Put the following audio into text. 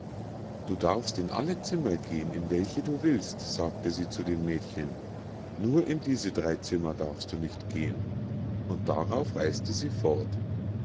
du darfst in alle zimmer gehen in welche du willst sagte sie zu dem mädchen nur in diese drei zimmer darfst du nicht gehen und darauf reis'te sie fort